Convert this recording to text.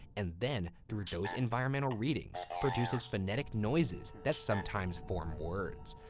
and then, through those environmental readings, produces phonetic noises that sometimes form words,